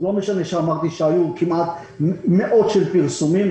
ולא משנה שאמרתי שהיו כמעט מאות פרסומים,